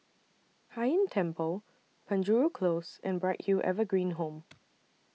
Hai Inn Temple Penjuru Close and Bright Hill Evergreen Home